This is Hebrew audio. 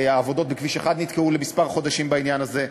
והעבודות בכביש 1 נתקעו כמה חודשים בגלל העניין הזה.